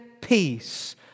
peace